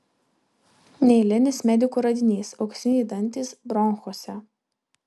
neeilinis medikų radinys auksiniai dantys bronchuose